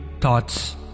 thoughts